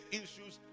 issues